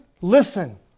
listen